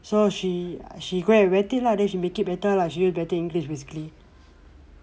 so she she go and vet it lah then she make it better lah she use better english basically